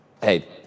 hey